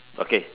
okay